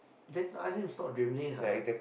then ask him to stop dribbling ah